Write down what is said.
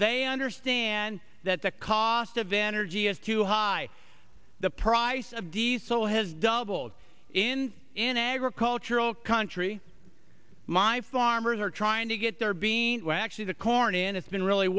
they understand that the cost of energy is too high the price of diesel has doubled in in agricultural country my farmers are trying to get their being where actually the corn in it's been really